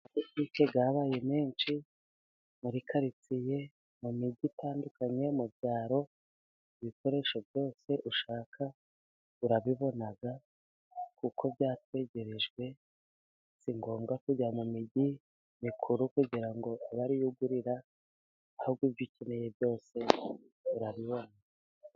Butike zabaye nyinshi muri karitsiye, mu mijyi itandukanye, mu byaro, ibikoresho byose ushaka urabibona kuko byatwegerejwe. Si ngombwa kujya mu migi mikuru, kugira ngo aba ari yo ugurira ahubwo ibyo ukeneye byose urabibona.